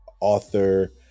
author